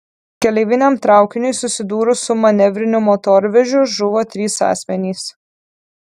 keleiviniam traukiniui susidūrus su manevriniu motorvežiu žuvo trys asmenys